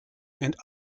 and